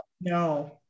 No